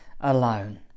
alone